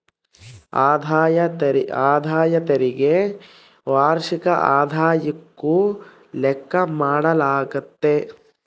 ಆದಾಯ ತೆರಿಗೆ ವಾರ್ಷಿಕ ಆದಾಯುಕ್ಕ ಲೆಕ್ಕ ಮಾಡಾಲಾಗ್ತತೆ